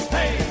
Hey